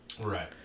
right